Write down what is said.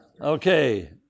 Okay